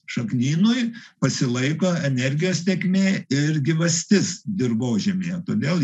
šaknynui pasilaiko energijos tėkmė ir gyvastis dirvožemyje todėl